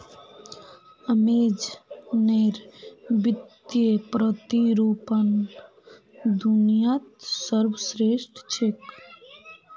अमेज़नेर वित्तीय प्रतिरूपण दुनियात सर्वश्रेष्ठ छेक